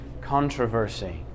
controversy